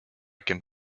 can